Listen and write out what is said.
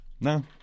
No